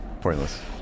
pointless